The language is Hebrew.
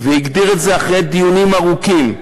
והגדיר את זה אחרי דיונים ארוכים,